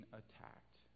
attacked